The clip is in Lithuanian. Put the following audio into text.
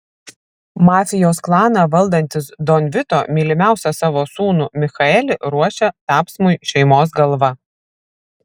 mafijos klaną valdantis don vito mylimiausią savo sūnų michaelį ruošia tapsmui šeimos galva